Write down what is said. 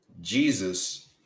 Jesus